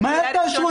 זאת קריאה ראשונה.